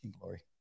Glory